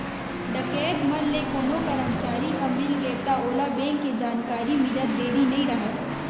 डकैत मन ले कोनो करमचारी ह मिलगे त ओला बेंक के जानकारी मिलत देरी नइ राहय